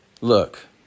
Look